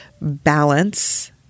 balance